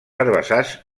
herbassars